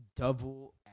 Double